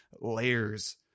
layers